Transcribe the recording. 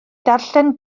darllen